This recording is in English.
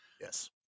yes